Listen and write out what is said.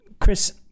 Chris